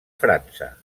frança